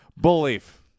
belief